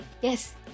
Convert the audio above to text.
Yes